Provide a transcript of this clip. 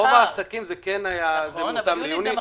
העסקים זה כן היה מותאם ליוני.